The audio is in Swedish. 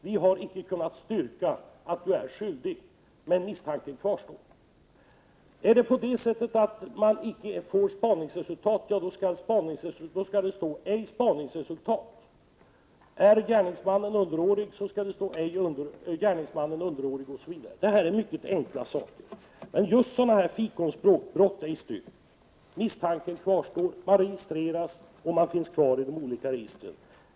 Vi har icke kunnat styrka att du är skyldig, men misstanken kvarstår.” Om man icke får spaningsresultat, skall det stå ”ej spaningsresultat”. Är gärningsmannen underårig, skall det stå ”gärningsmannen underårig” osv. Detta är mycket enkla saker. Men just sådant fikonspråk som ”brott ej styrkt” innebär att misstanken kvarstår och att personen registreras och finns kvar i de olika registren.